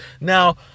Now